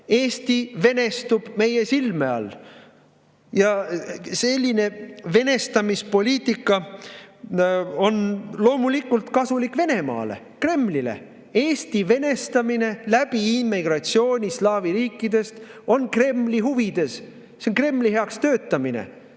Eesti venestub meie silme all. Ja selline venestamispoliitika on loomulikult kasulik Venemaale, Kremlile. Eesti venestamine, kasutades immigratsiooni slaavi riikidest, on Kremli huvides. See on Kremli heaks töötamine.